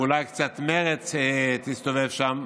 ואולי קצת מרצ תסתובב שם,